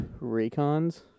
Raycons